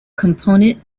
component